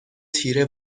تیره